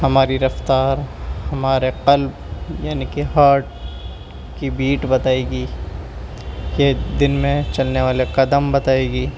ہماری رفتار ہمارے قلب یعنی کہ ہارٹ کی بیٹ بتائے گی یہ دن میں چلنے والے قدم بتائے گی